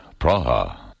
Praha